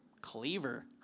Cleaver